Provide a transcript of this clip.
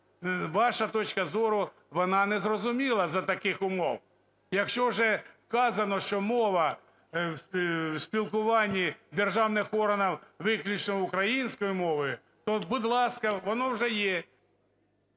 Ваша точка зору, вона незрозуміла за таких умов. Якщо вже вказано, що мова спілкування в державних органах виключно українською мовою, то, будь ласка, воно вже є…